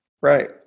Right